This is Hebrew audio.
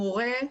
מורה,